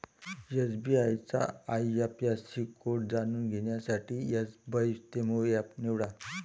SBI चा IFSC code जाणून घेण्यासाठी एसबइस्तेमहो एप निवडा